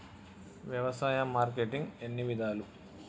వ్యవసాయ మార్కెటింగ్ ఎన్ని విధాలు?